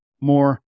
more